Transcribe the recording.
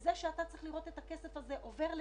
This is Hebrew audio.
בזה שאתה צריך לראות את הכסף הזה עובר לשם.